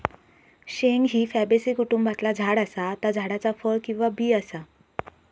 शेंग ही फॅबेसी कुटुंबातला झाड असा ता झाडाचा फळ किंवा बी असा